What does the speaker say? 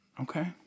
Okay